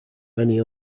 many